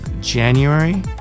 January